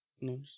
No